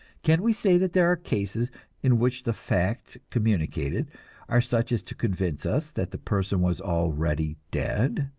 can we say that there are cases in which the facts communicated are such as to convince us that the person was already dead,